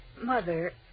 Mother